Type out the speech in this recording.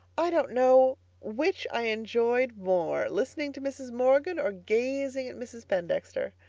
i don't know which i enjoyed more. listening to mrs. morgan or gazing at mrs. pendexter.